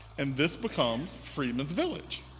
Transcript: and this becomes freedman's village.